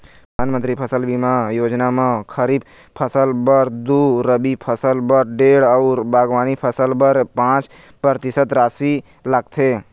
परधानमंतरी फसल बीमा योजना म खरीफ फसल बर दू, रबी फसल बर डेढ़ अउ बागबानी फसल बर पाँच परतिसत रासि लागथे